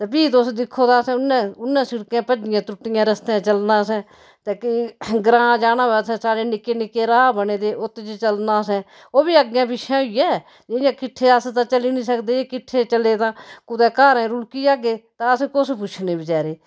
ते फ्ही तुस दिक्खो तां असें उनें उनें सिड़कै भज्जियें त्रुट्टियें रस्ते चलना असें ते कि ग्रांऽ जाना होऐ असें साढ़े निक्के निक्के राह् बने दे उत्त च चलना असें ओह् बी अग्गें पिच्छें होइयै इयां किट्ठे अस तां चली नी सकदे किट्ठे चले तां कुदैं धारैं रुलकी जाह्गे तां असें कुस पुच्छना बेचारे